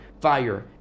fire